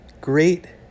great